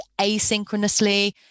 asynchronously